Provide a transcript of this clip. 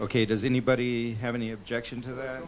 ok does anybody have any objection to that